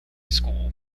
school